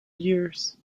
years